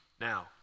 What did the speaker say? now